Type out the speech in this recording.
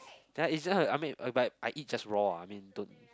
then it's just uh I mean but I eat just raw I mean though